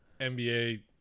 NBA